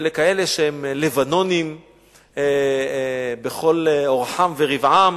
לכאלה שהם לבנונים בכל אורחם ורבעם,